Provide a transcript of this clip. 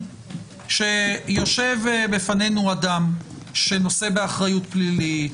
כשיושב בפנינו אדם שנושא באחריות פלילית,